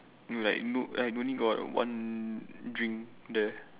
no like no like only got one drink there